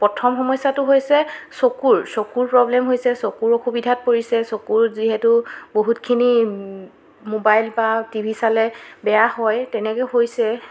প্ৰথম সমস্যাটো হৈছে চকুৰ চকুৰ প্ৰব্লেম হৈছে চকুৰ অসুবিধাত পৰিছে চকুৰ যিহেতু বহুতখিনি মোবাইল বা টি ভি চালে বেয়া হয় তেনেকৈ হৈছে